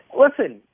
Listen